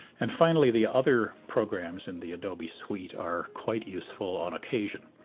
and, finally, the other programs in the adobe suite are quite useful on occasion.